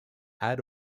add